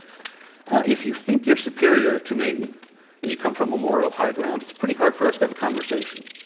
if you think you're superior to me and you come from a moral high ground, it's pretty hard for us to have a conversation.